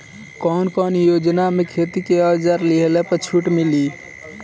कवन कवन योजना मै खेती के औजार लिहले पर छुट मिली?